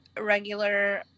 regular